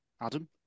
Adam